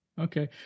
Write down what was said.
Okay